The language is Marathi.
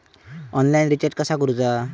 ऑनलाइन रिचार्ज कसा करूचा?